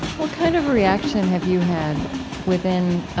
what kind of reaction have you had within